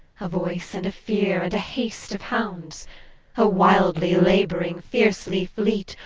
a voice and a fear and a haste of hounds o wildly labouring, fiercely fleet,